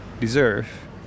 deserve